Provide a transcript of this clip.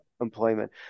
employment